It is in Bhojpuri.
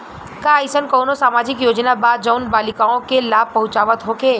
का एइसन कौनो सामाजिक योजना बा जउन बालिकाओं के लाभ पहुँचावत होखे?